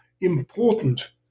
important